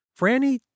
Franny